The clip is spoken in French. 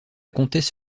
comtesse